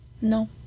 No